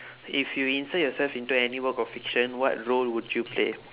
if you insert yourself into any work of fiction what role would you play